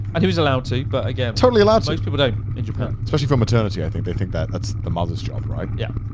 and he was allowed to. but again, totally allowed to. most people don't in japan. especially for maternity, i think they think that that's the mother's job, right? yeah.